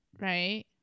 Right